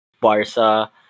Barca